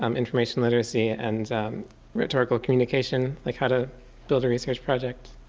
um information literacy, and rhetorical communication, like how to build a research project.